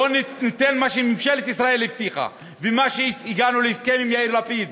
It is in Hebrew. בואו ניתן מה שממשלת ישראל הבטיחה ומה שהגענו להסכם עם יאיר לפיד,